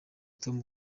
tom